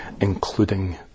including